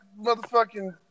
motherfucking